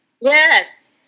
Yes